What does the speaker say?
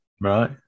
Right